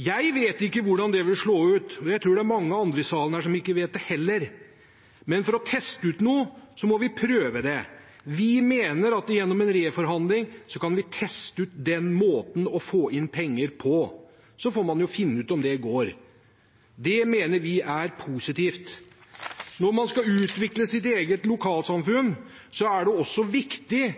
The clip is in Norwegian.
Jeg vet ikke hvordan det vil slå ut, og jeg tror det er mange andre her i salen som ikke vet det heller. Men for å teste ut noe må vi prøve det. Vi mener at gjennom en reforhandling kan vi teste ut den måten å få inn penger på, og så finner man ut om det går. Det mener vi er positivt. Når man skal utvikle sitt eget lokalsamfunn, er det viktig